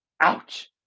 Ouch